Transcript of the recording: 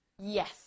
Yes